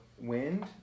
wind